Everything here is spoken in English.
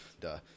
duh